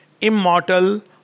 immortal